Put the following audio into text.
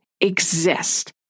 exist